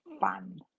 fun